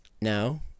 No